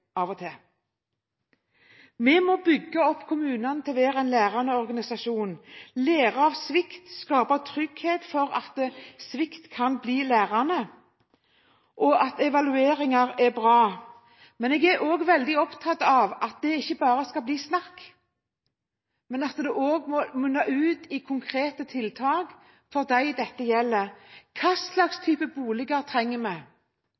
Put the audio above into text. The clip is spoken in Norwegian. av og til? Vi må bygge opp kommunene til å bli en lærende organisasjon – å lære av svikt skaper trygghet for at svikt kan bli lærende. Evalueringer er bra. Men jeg er også veldig opptatt av at det ikke bare skal bli snakk, men at det også må munne ut i konkrete tiltak for dem dette gjelder. Hva slags type boliger trenger vi? Trenger vi boliger med